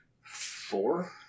Four